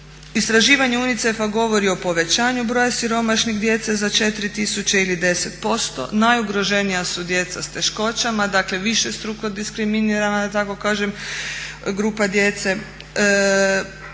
Istraživanje UNICEF-a govori o povećanju broja siromašne djece za 4 tisuće ili 10%, najugroženija su djeca s teškoćama, dakle višestruko diskriminirana da tako